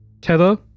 tether